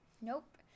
Nope